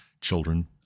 children